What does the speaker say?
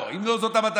אם זאת לא המטרה,